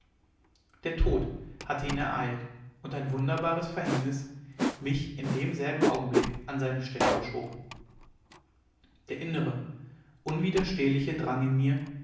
der tod hatte ihn ereilt und ein wunderbares verhängnis mich in demselben augenblick an seine stelle geschoben der innere unwiderstehliche drang in mir